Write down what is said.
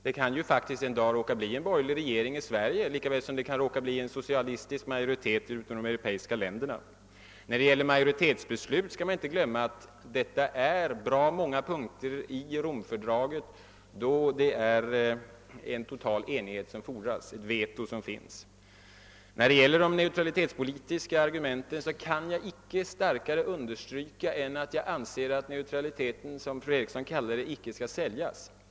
Det kan faktiskt en dag råka bli en borgerlig regering i Sverige, lika väl som det kan bli en socialistisk majoritet ute i de europeiska länderna. När det gäller majoritetsbeslut skall man inte glömma att det finns många punkter i Romfördraget där en total enighet fordras för beslut. Det finns en vetorätt. När det gäller de neutralitetspolitiska argumenten är jag angelägen att starkt understryka att jag anser att neutraliteten — som fru Eriksson säger — icke skall säljas.